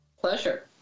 Pleasure